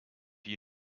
you